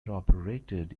operated